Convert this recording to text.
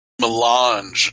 melange